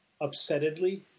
upsettedly